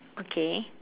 okay